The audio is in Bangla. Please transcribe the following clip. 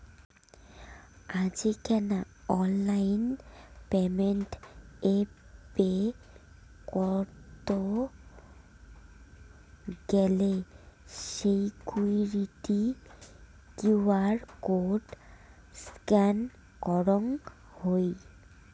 আজিকেনা অনলাইন পেমেন্ট এ পে করত গেলে সিকুইরিটি কিউ.আর কোড স্ক্যান করঙ হই